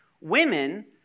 women